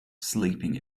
sleeping